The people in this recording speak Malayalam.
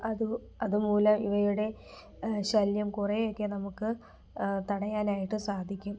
അതു അതുമൂലം ഇവയുടെ ശല്യം കുറെയൊക്കെ നമുക്ക് തടയാനായിട്ടു സാധിക്കും